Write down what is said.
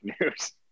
news